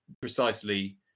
precisely